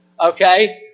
Okay